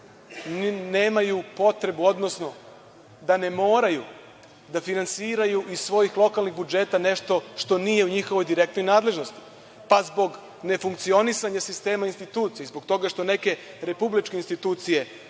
nemaju potrebu, odnosno da ne moraju da finansiraju iz svojih lokalnih budžeta nešto što nije u njihovoj direktnoj nadležnosti, pa zbog nefunkcionisanja sistema institucija, zbog toga što neke republičke institucije